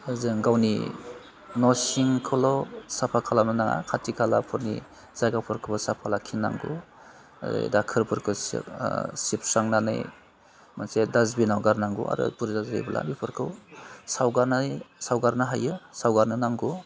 जों गावनि न'सिंखौल' साफा खालामनो नाङा खाथि खालाफोरनि जायगाफोरखौबो साफा लाखिनांगौ दाखोरफोरखौ सिब सिबस्रांनानै मोनसे डास्टबिनाव गारनांगौ आरो बुरजा जायोब्ला बेफोरखौ सावगारनानै सावगारनो हायो सानगारनो नांगौ